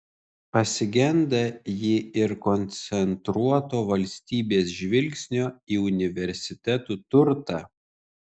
pasigenda ji ir koncentruoto valstybės žvilgsnio į universitetų turtą